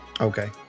Okay